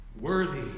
Worthy